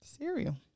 cereal